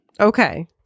Okay